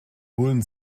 bullen